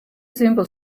simple